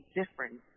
different